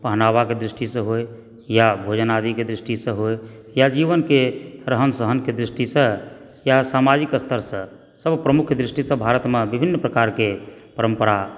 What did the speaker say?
पहनावाके दृष्टि से होए या भोजनादिके दृष्टिसँ होए या जीवनकेँ रहन सहनके दृष्टिसँ या सामाजिक स्तरसँ सब प्रमुख दृष्टिसँ भारतमे विभिन्न प्रकारकेँ परम्परा